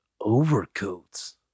overcoats